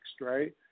Right